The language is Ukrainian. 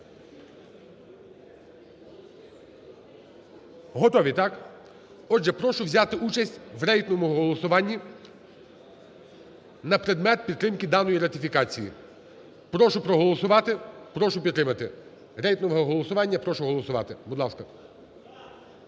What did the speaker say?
Готові, так? Отже, прошу взяти участь в рейтинговому голосуванні на предмет підтримки даної ратифікації. Прошу проголосувати, прошу підтримати. Рейтингове голосування, прошу голосувати. Будь ласка.